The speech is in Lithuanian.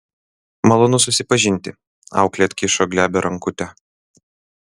malonu susipažinti auklė atkišo glebią rankutę